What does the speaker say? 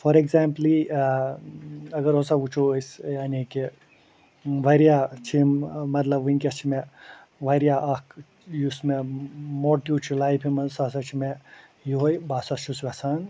for اٮ۪کزامپلٕے اگر ہسا وٕچھو أسۍ یعنی کہِ وارِیاہ چھِ یِم مطلب وٕنکٮ۪س چھِ مےٚ وارِیاہ اکھ یُس مےٚ موٹیوٗ چھُ لایفہِ منٛز سَہ سا چھُ مےٚ یِہوے بہَ سا چھُس یٚژھان